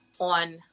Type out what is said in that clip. on